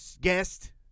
guest